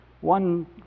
One